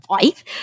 five